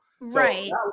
right